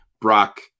Brock